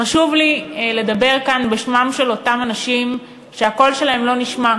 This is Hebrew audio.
חשוב לי לדבר כאן בשמם של אותם אנשים שהקול שלהם לא נשמע.